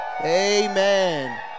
Amen